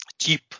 cheap